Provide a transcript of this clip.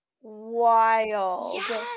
Wild